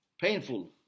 painful